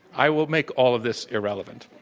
i will make all of this irrelevant.